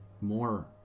more